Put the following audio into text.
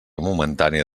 momentània